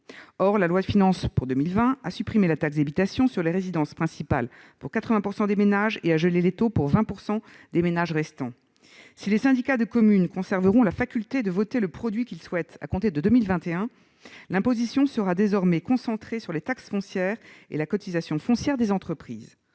Or la loi de finances pour 2020 a supprimé la taxe d'habitation sur la résidence principale pour 80 % des ménages et gelé ses taux pour les 20 % de ménages restants. En conséquence, bien que les syndicats de communes conservent la faculté de voter le produit qu'ils souhaitent à compter de 2021, l'imposition sera désormais concentrée sur les taxes foncières et la cotisation foncière des entreprises.